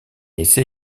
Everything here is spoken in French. essai